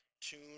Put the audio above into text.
tune